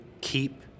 keep